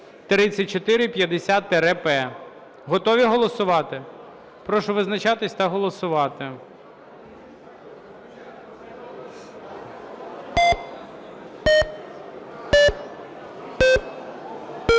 Готові голосувати? Прошу визначатися та голосувати.